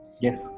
Yes